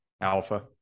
Alpha